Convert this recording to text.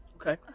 Okay